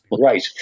right